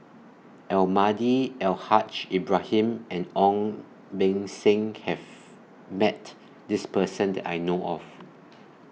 Almahdi Al Haj Ibrahim and Ong Beng Seng has Met This Person that I know of